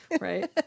Right